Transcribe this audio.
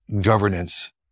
governance